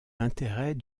l’intérêt